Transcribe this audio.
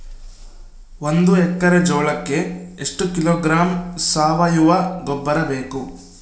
ಒಂದು ಎಕ್ಕರೆ ಜೋಳಕ್ಕೆ ಎಷ್ಟು ಕಿಲೋಗ್ರಾಂ ಸಾವಯುವ ಗೊಬ್ಬರ ಬೇಕು?